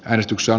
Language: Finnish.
äänestyksen